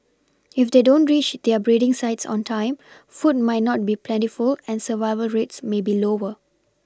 if they don't reach their breeding sites on time food might not be plentiful and survival rates may be lower